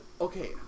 Okay